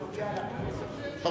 נושא שנוגע לכנסת, הממשלה לא מתערבת.